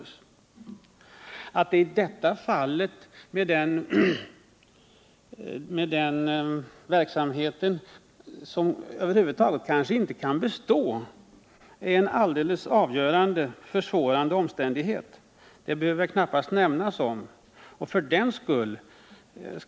Att föreskrifterna i detta fall, eftersom verksamheten kanske över huvud taget inte kan bestå, är en alldeles avgörande försvårande omständighet behöver väl knappast framhållas.